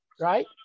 right